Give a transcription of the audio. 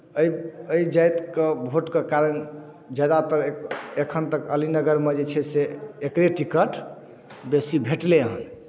एहि एहि जातिके भोटके कारण ज्यादातर एखन तक अलीनगरमे जे छै से एकरे टिकट बेसी भेटलै हन